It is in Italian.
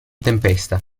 tempesta